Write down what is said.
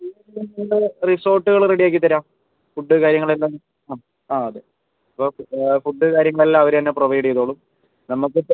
റിസോർട്ടുകൾ റെഡി ആക്കിത്തരാം ഫുഡ് കാര്യങ്ങളെല്ലാം ആ ആ അതെ അപ്പോൾ ഫുഡ് കാര്യങ്ങളെല്ലാം അവർ തന്നെ പ്രൊവൈഡ് ചെയ്തോളും നമുക്കിപ്പോൾ